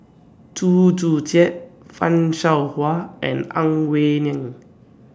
Chew Joo Chiat fan Shao Hua and Ang Wei Neng